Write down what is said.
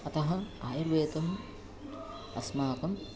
अतः आयुर्वेदः अस्माकम्